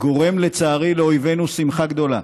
גורם לאויבינו שמחה גדולה.